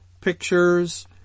pictures